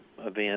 event